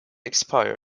expired